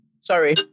Sorry